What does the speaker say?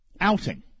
outing